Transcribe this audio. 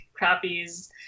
crappies